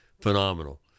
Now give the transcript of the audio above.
phenomenal